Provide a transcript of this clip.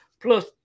Plus